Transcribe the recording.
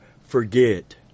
forget